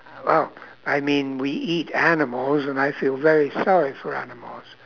well I mean we eat animals and I feel very sorry for animals